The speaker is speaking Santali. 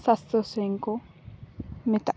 ᱥᱟᱥᱛᱚ ᱥᱮᱨᱮᱧ ᱠᱚ ᱢᱮᱛᱟᱜ ᱠᱟᱱᱟ